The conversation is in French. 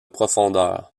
profondeur